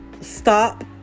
stop